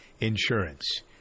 insurance